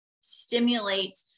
stimulate